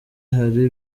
hari